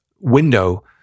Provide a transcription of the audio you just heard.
window